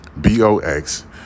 B-O-X